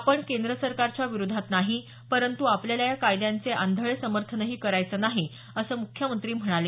आपण केंद्र सरकारच्या विरोधात नाही परंतु आपल्याला या कायद्यांचे आंधळे समर्थनही करायचं नाही असं मुख्यमंत्री म्हणाले